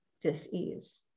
disease